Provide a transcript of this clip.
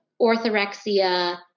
orthorexia